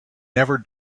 never